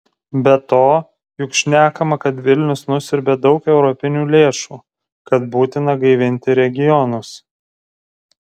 be to juk šnekama kad vilnius nusiurbia daug europinių lėšų kad būtina gaivinti regionus